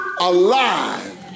alive